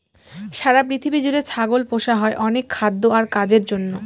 সারা পৃথিবী জুড়ে ছাগল পোষা হয় অনেক খাদ্য আর কাজের জন্য